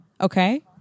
okay